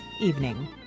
evening